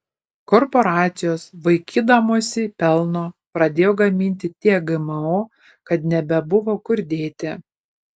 korporacijos vaikydamosi pelno pradėjo gaminti tiek gmo kad nebebuvo kur dėti